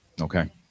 Okay